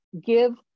give